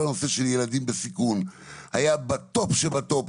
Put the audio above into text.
כל הנושא של ילדים בסיכון היה בטופ שבטופ.